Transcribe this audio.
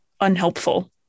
unhelpful